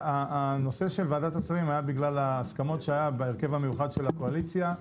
הנושא של ועדת השרים היה בגלל ההסכמות שהיו בהרכב המיוחד של הקואליציה,